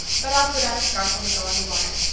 but i'll put on a scarf when we go on the water.